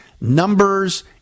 numbers